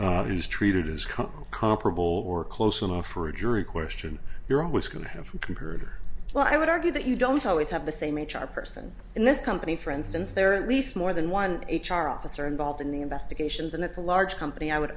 is treated has come comparable or close enough for a jury question you're always going to have compared well i would argue that you don't always have the same h r person in this company for instance there are at least more than one h r officer involved in the investigations and it's a large company i would